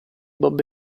bob